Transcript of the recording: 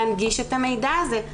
להנגיש את המידע הזה.